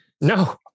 No